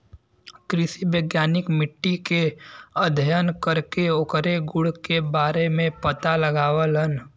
कृषि वैज्ञानिक मट्टी के अध्ययन करके ओकरे गुण के बारे में पता लगावलन